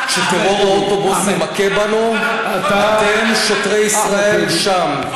כשטרור האוטובוסים מכה בנו, אתם, שוטרי ישראל, שם.